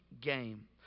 game